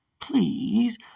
Please